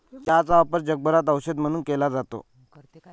चहाचा वापर जगभरात औषध म्हणून केला जातो